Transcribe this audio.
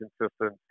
consistent